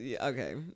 okay